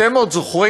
אתם עוד זוכרים?